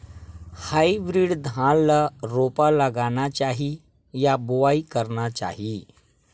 Hybrid धान ल रोपा लगाना चाही या बोआई करना चाही?